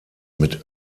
mit